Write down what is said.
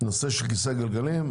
נושא של כיסא גלגלים,